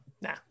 Nah